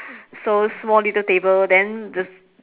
so small little table then the